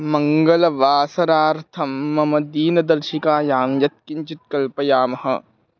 मङ्गलवासरार्थं मम दिनदर्शिकायां यत्किञ्चित् कल्पयामः